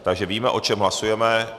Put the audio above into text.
Takže víme, o čem hlasujeme.